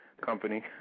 company